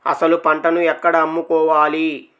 అసలు పంటను ఎక్కడ అమ్ముకోవాలి?